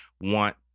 want